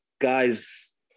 guys